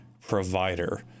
provider